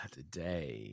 today